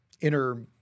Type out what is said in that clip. inner